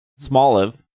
Smoliv